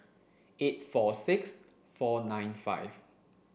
eight four six four nine five